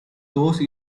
those